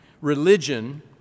Religion